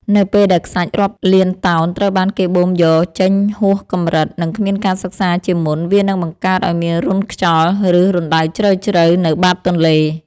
នៅពេលដែលខ្សាច់រាប់លានតោនត្រូវបានគេបូមយកចេញហួសកម្រិត និងគ្មានការសិក្សាជាមុន វានឹងបង្កើតឱ្យមានរន្ធខ្យល់ ឬរណ្តៅជ្រៅៗនៅបាតទន្លេ។